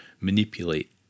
manipulate